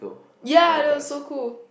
ya that was so cool